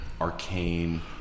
arcane